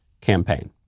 campaign